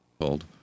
called